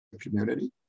community